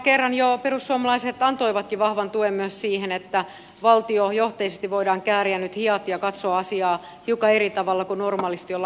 kerran jo perussuomalaiset antoivatkin vahvan tuen myös siihen että valtiojohtoisesti voidaan kääriä nyt hihat ja katsoa asiaa hiukan eri tavalla kuin normaalisti on katsottu